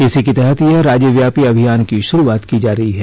इसी के तहत यह राज्यव्यापी अभियान की शुरुआत की जा रही है